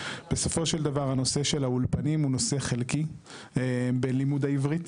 בסופו של דבר הנושא של האולפנים הוא נושא חלקי בלימודי עברית,